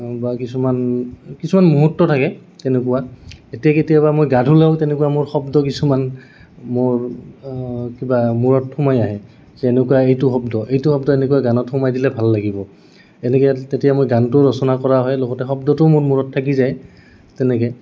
বা কিছুমান কিছুমান মুহূৰ্ত থাকে তেনেকুৱা এতিয়া কেতিয়াবা মই গা ধুলেও তেনেকুৱা মোৰ শব্দ কিছুমান মোৰ কিবা মূৰত সোমাই আহে যে এনেকুৱা এইটো শব্দ এইটো শব্দ এনেকুৱা গানত সোমাই দিলে ভাল লাগিব এনেকে তেতিয়া মই গানটোও ৰচনা কৰা হয় লগতে শব্দটোও মোৰ মূৰত থাকি যায় তেনেকে